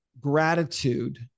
gratitude